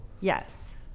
Yes